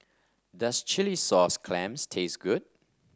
does Chilli Sauce Clams taste good